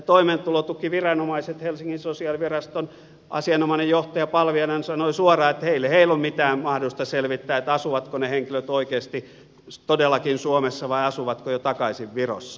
toimeentulotukiviranomaiset helsingin sosiaaliviraston asianomainen johtaja palviainenhan sanoi suoraan että ei heillä ole mitään mahdollisuutta selvittää asuvatko ne henkilöt oikeasti todellakin suomessa vai asuvatko jo virossa